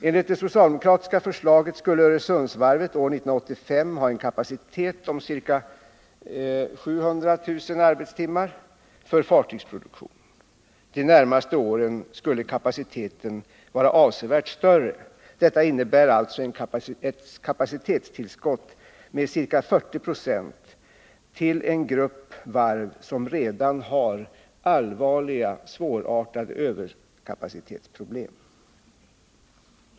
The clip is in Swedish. Enligt det socialdemokratiska förslaget skulle Öresundsvarvet år 1985 ha en kapacitet på ca 700 000 arbetstimmar för fartygsproduktion. De närmaste åren skulle kapaciteten vara avsevärt större. Detta innebär alltså ett kapacitetstillskott med ca 40 96 till en grupp varv som redan har allvarliga, svårartade överkapacitetsproblem.